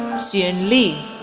sieun lee,